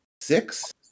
six